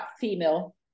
female